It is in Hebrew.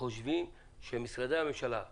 אנחנו חושבים שמשרדי הממשלה בכלל,